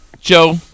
Joe